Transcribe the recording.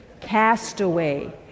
castaway